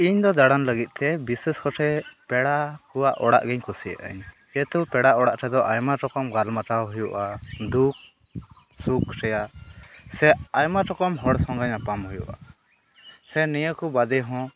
ᱤᱧᱫᱚ ᱫᱟᱬᱟᱱ ᱞᱟᱹᱜᱤᱫᱛᱮ ᱵᱤᱥᱮᱥᱠᱟᱛᱮ ᱯᱮᱲᱟᱠᱚᱣᱟᱜ ᱚᱲᱟᱜ ᱜᱮᱧ ᱠᱩᱥᱤᱭᱟᱜᱟᱹᱧ ᱡᱮᱦᱮᱛᱩ ᱯᱮᱲᱟ ᱚᱲᱟᱜᱨᱮᱫᱚ ᱟᱭᱢᱟ ᱨᱚᱠᱚᱢ ᱜᱟᱞᱢᱟᱨᱟᱣ ᱦᱩᱭᱩᱜᱼᱟ ᱫᱩᱠᱼᱥᱩᱠᱷ ᱨᱮᱭᱟᱜ ᱥᱮ ᱟᱭᱢᱟ ᱨᱚᱠᱚᱢ ᱦᱚᱲ ᱥᱚᱸᱜᱮ ᱧᱟᱯᱟᱢ ᱦᱩᱭᱩᱜᱼᱟ ᱥᱮ ᱱᱤᱭᱟᱹᱠᱚ ᱵᱟᱫᱮᱦᱚᱸ